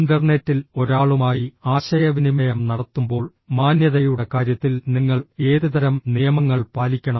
ഇന്റർനെറ്റിൽ ഒരാളുമായി ആശയവിനിമയം നടത്തുമ്പോൾ മാന്യതയുടെ കാര്യത്തിൽ നിങ്ങൾ ഏതുതരം നിയമങ്ങൾ പാലിക്കണം